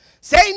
say